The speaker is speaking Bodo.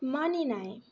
मानिनाय